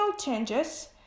changes